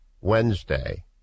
Wednesday